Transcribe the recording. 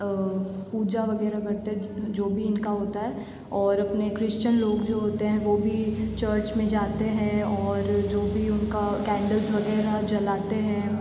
पूजा वगैरह करते हैं जो भी इनका होता है और अपने क्रिस्चन लोग जो होते हैं वो भी चर्च में जाते हैं और जो भी उनका केंडल्स वगैरह जलाते हैं